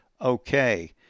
Okay